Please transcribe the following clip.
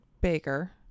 Baker